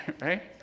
Right